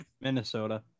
Minnesota